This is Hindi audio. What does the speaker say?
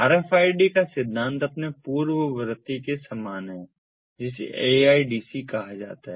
RFID का कार्य सिद्धांत अपने पूर्ववर्ती के समान है जिसे AIDC कहा जाता है